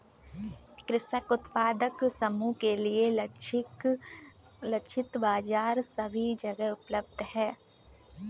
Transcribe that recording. कृषक उत्पादक समूह के लिए लक्षित बाजार सभी जगह उपलब्ध है